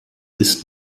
ist